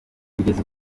kugeza